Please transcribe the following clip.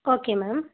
okay ma'am